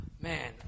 man